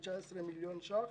619 מיליון ש"ח.